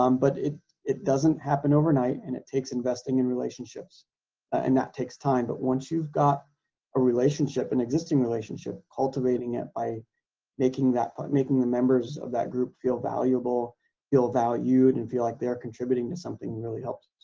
um but it it doesn't happen overnight and it takes investing in relationships and that takes time but once you've got a relationship, an existing relationship, cultivating it by making that but making the members of that group feel valuable feel valued and feel like they're contributing to something really helps.